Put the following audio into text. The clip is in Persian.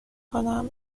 کنم